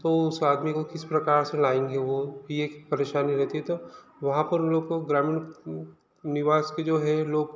तो उस आदमी को किस प्रकार से लाएंगे वो ये एक परेशानी रहती है तो वहाँ पर उन लोग को ग्रामीण निवास के जो है लोग